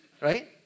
right